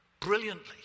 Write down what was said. Brilliantly